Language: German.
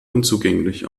unzugänglich